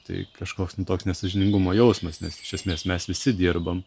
tai kažkoks toks nesąžiningumo jausmas nes iš esmės mes visi dirbam